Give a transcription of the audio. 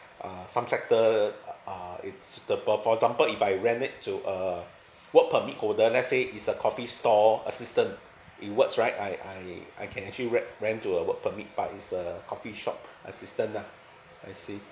uh some sector uh it's suitable for example if I rent it to a work permit holder let's say it's a coffee store assistant in works right I I I can actually rent rent to a work permit but it's a coffee shop assistant lah I see